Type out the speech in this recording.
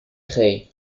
créées